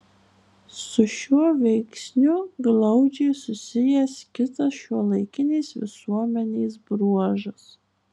su šiuo veiksniu glaudžiai susijęs kitas šiuolaikinės visuomenės bruožas